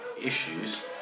issues